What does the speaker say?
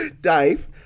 Dave